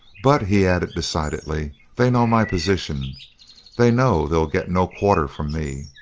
but, he added, decidedly, they know my position they know they'll get no quarter from me.